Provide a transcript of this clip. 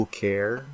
care